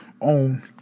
own